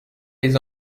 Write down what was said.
les